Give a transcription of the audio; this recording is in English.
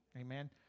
Amen